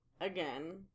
Again